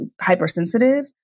hypersensitive